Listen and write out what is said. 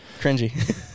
Cringy